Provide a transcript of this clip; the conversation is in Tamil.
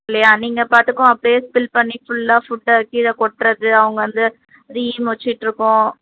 இல்லையா நீங்கள் பாட்டுக்கும் அப்படியே ஃபில் பண்ணி ஃபுல்லாக ஃபுட்டை கீழே கொட்டுறது அவங்க வந்து அது ஈ மொய்ச்சிட்ருக்கும்